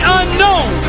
unknown